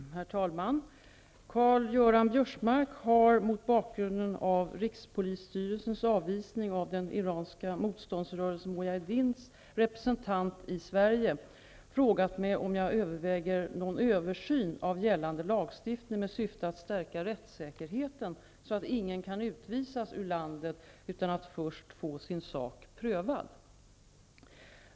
Herr talman! Karl-Göran Biörsmark har -- mot bakgrund av rikspolisstyrelsens avvisning av den iranska motståndsrörelsen mujahedins representant i Sverige -- frågat mig om jag överväger någon översyn av gällande lagstiftning med syfte att stärka rättssäkerheten så att ingen kan utvisas ur landet utan att först få sin sak prövad.